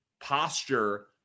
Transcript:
posture